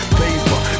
paper